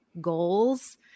goals